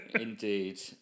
indeed